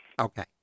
Okay